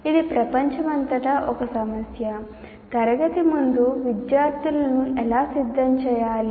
ఇది ప్రపంచమంతటా ఒక సమస్య తరగతి ముందు విద్యార్థులను ఎలా సిద్ధం చేసుకోవాలి